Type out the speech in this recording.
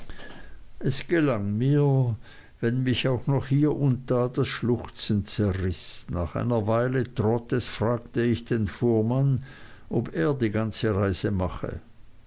es gelang mir wenn mich auch noch hier und da das schluchzen riß nach einer weile trottes fragte ich den fuhrmann ob er die ganze reise mache